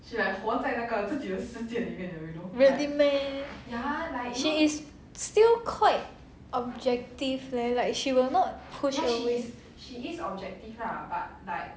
really meh she is still quite objective leh like she will not push away